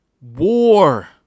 war